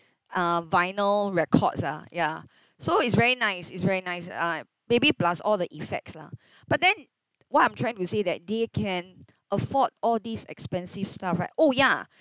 uh vinyl records ah ya so it's very nice it's very nice uh maybe plus all the effects lah but then what I'm trying to say that they can afford all these expensive stuff right oh ya